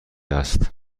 است